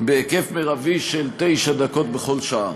בהיקף מרבי של תשע דקות בכל שעה.